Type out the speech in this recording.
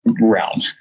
realm